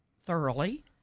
thoroughly